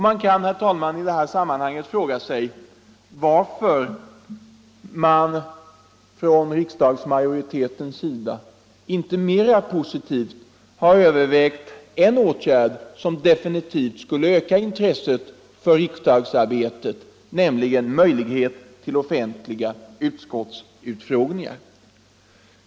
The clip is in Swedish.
Man kan, herr talman, i det här sammanhanget fråga sig varför riksdagsmajoriteten inte mera positivt har övervägt en åtgärd som definitivt skulle öka intresset för riksdagsarbetet, nämligen möjlighet till offentliga utskottsutfrågningar.